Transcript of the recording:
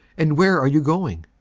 and where are you going?